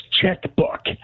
checkbook